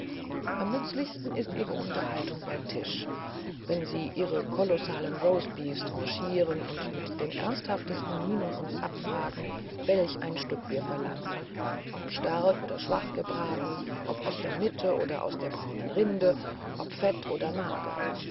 am nützlichsten ist ihre unterhaltung bei tische wenn sie ihre kolossalen roastbeefe tranchieren und mit den ernsthaftesten mienen uns abfragen welch ein stück wir verlangen ob stark oder schwach gebraten ob aus der mitte oder aus der braunen rinde ob fett oder mager